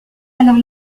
alors